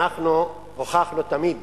אנחנו הוכחנו תמיד